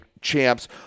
champs